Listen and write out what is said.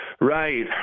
right